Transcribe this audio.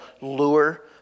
lure